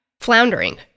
floundering